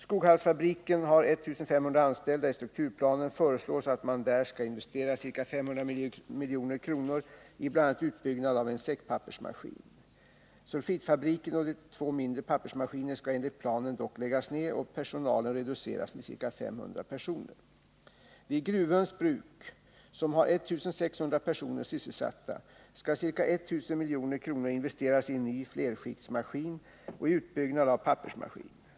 Skoghallsfabriken har 1 500 anställda. I strukturplanen föreslås att man där skall investera ca 500 milj.kr. i bl.a. utbyggnad av en säckpappersmaskin. Sulfitfabriken och två mindre pappersmaskiner skall enligt planen dock läggas ned och personalen reduceras med ca 500 personer. Vid Gruvöns bruk, som har 1 600 personer sysselsatta, skall ca I 000 milj.kr. investeras i en ny flerskiktsmaskin och i utbyggnad av en pappersmaskin.